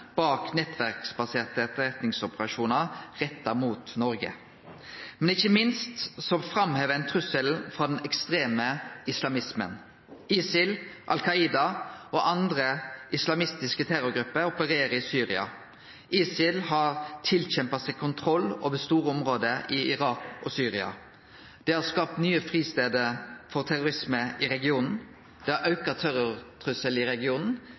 bak nettverksbaserte etterretningsoperasjonar retta mot Noreg, men ikkje minst framhevar ein trusselen frå den ekstreme islamismen. ISIL, Al Qaida og andre islamistiske terrorgrupper opererer i Syria. ISIL har kjempa til seg kontrollen over store område i Irak og Syria. Det har skapt nye fristader for terrorisme i regionen, og det har auka terrortrusselen i regionen,